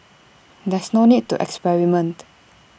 there's no need to experiment